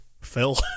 phil